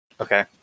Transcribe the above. Okay